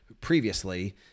previously